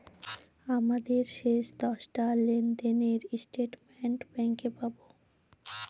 আমাদের শেষ দশটা লেনদেনের স্টেটমেন্ট ব্যাঙ্কে পাবো